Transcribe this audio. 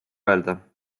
öelda